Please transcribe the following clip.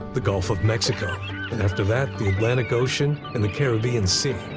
the gulf of mexico and after that, the atlantic ocean and the caribbean sea.